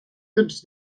tots